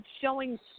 showing